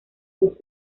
los